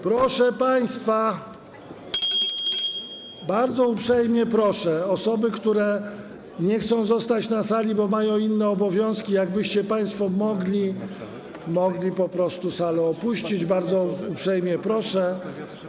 Proszę państwa, bardzo uprzejmie proszę osoby, które nie chcą zostać na sali, bo mają inne obowiązki: jakbyście państwo mogli po prostu salę opuścić, to bardzo uprzejmie proszę.